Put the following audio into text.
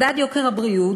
מדד יוקר הבריאות,